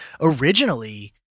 originally